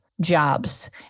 jobs